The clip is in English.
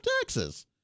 taxes